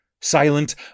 silent